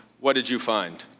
what did you find?